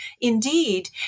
indeed